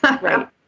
Right